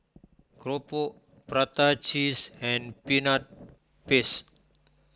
Keropok Prata Cheese and Peanut Paste